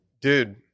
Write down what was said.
Dude